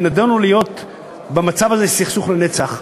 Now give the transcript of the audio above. ונידונו להיות במצב הזה של סכסוך לנצח.